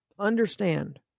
Understand